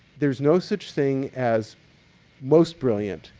there's no such thing as most brilliant.